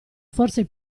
forse